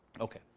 Okay